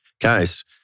guys